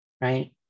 right